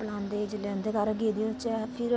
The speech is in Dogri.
पलांदे जिसलै उंदे घर गेदे ओचै फिर